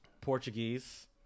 Portuguese